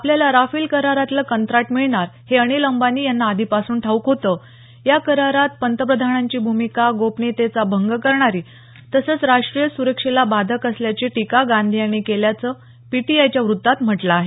आपल्याला राफेल करारातलं कंत्राट मिळणार हे अनिल अंबानी यांना आधीपासून ठाऊक होतं या करारात पंतप्रधानांची भूमिका गोपनीयतेचा भंग करणारी तसंच राष्ट्रीय सुरक्षेला बाधक असल्याची टीका गांधी यांनी केल्याचं पीटीआयच्या वृत्तात म्हटलं आहे